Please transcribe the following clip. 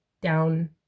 down